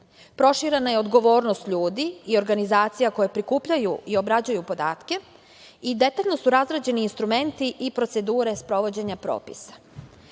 Proširena je odgovornost ljudi i organizacija koje prikupljaju i obrađuju podatke i detaljno su razrađeni instrumenti i procedure sprovođenja propisa.